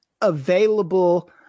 available